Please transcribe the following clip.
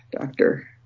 doctor